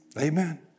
Amen